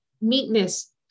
meekness